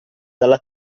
dalla